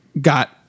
got